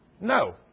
No